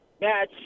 Match